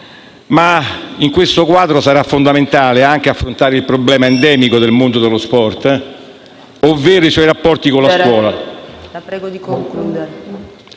In questo quadro sarà fondamentale affrontare anche il problema endemico del mondo dello sport, ovvero i suoi rapporti con la scuola.